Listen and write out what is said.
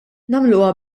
nagħmluha